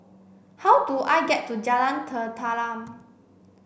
how do I get to Jalan Tenteram